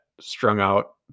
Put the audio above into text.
strung-out